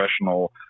professional